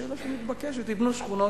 זה שאלה שמתבקשת: יבנו שכונות.